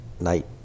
night